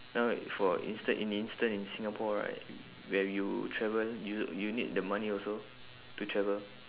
now like for instant in instant in singapore right where you travel you you need the money also to travel